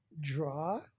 draw